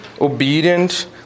obedient